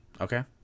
Okay